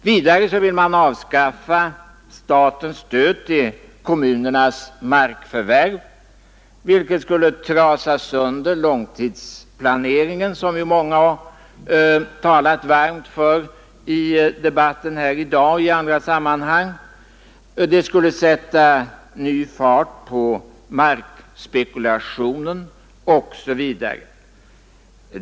Vidare vill man avskaffa statens stöd till kommunernas markförvärv, vilket skulle trasa sönder långtidsplaneringen, som ju många har talat varmt för i debatten här i dag och i andra sammanhang. Det skulle sätta ny fart på markspekulationen m.m.